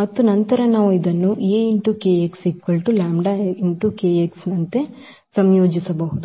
ಮತ್ತು ನಂತರ ನಾವು ಇದನ್ನು ನಂತೆ ಸಂಯೋಜಿಸಬಹುದು